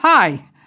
Hi